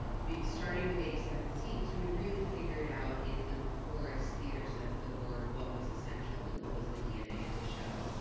ah starting with eighty seven seats, we really figured out, in the poorest theater sense of the word, what was essential and what was the dna of the show.